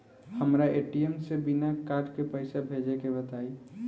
हमरा ए.टी.एम से बिना कार्ड के पईसा भेजे के बताई?